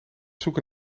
zoeken